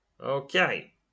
Okay